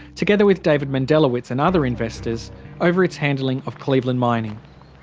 together with david mendelawitz and other investors over its handling of cleveland mining.